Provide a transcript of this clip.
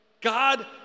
God